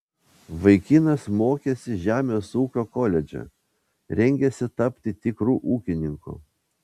vaikinas mokėsi žemės ūkio koledže rengėsi tapti tikru ūkininku